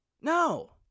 No